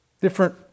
different